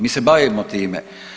Mi se bavimo time.